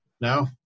No